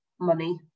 money